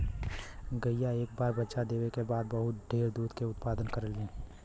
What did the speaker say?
गईया एक बार बच्चा देवे क बाद बहुत ढेर दूध के उत्पदान करेलीन